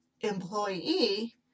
employee